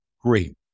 great